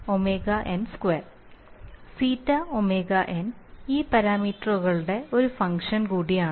ζ ωn ഈ പാരാമീറ്ററുകളുടെ ഒരു ഫംഗ്ഷൻ കൂടിയാണ്